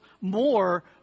more